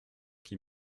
qui